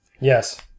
Yes